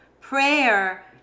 prayer